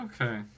Okay